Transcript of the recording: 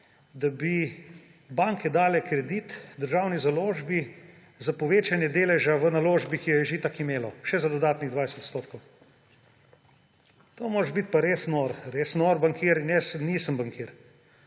da bi banke dale kredit Državni založbi za povečanje deleža v naložbi, ki jo je že itak imela, še za dodatnih 20 %. To moraš biti pa res nor, res nor bankir, in jaz nisem bankir,